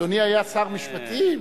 אדוני היה שר משפטים.